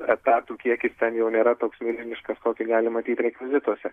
etatų kiekis ten jau nėra toks milžiniškas kokį gali matyti rekvizituose